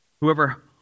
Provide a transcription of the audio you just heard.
Whoever